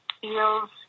feels